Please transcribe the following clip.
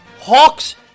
Hawks